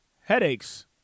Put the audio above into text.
headaches